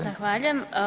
Zahvaljujem.